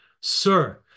Sir